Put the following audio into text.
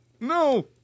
No